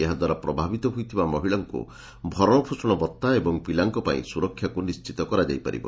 ଏହାଦ୍ୱାରା ପ୍ରଭାବିତ ହୋଇଥିବା ମହିଳାମାନଙ୍କୁ ଭରଶପୋଷଣ ଭତ୍ତା ଏବଂ ପିଲାଙ୍କ ପାଇଁ ସୁରକ୍ଷାକୁ ନିଶ୍ବିତ କରାଯାଇ ପାରିବ